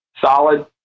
solid